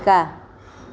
শিকা